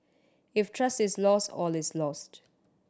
if trust is lost all is lost